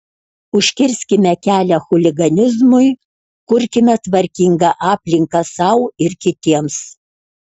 užkirskime kelią chuliganizmui kurkime tvarkingą aplinką sau ir kitiems